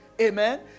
Amen